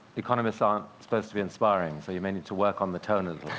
economists aren't supposed to be inspiring, so you may need to work on the tone a